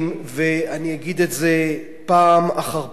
ואני אגיד את זה פעם אחר פעם,